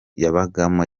yabagamo